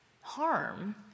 harm